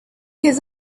his